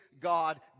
God